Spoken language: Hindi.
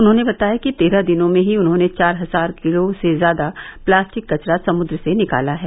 उन्होंने बताया कि तेरह दिनों में ही उन्होंने चार हजार किलो से ज्यादा प्लास्टिक कचरा समुद्र से निकाला है